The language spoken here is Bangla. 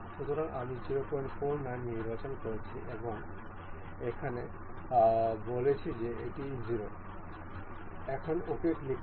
সুতরাং আমি 049 নির্বাচন করছি এবং এখানে বলছি যে এটি 0 OK ক্লিক করুন